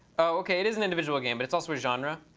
oh, ok, it is an individual game but it's also a genre.